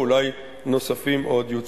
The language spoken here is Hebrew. ואולי נוספים שעוד יוצעו.